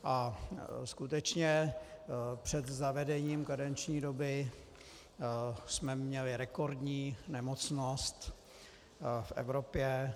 A skutečně před zavedením karenční doby jsme měli rekordní nemocnost v Evropě.